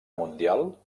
mundial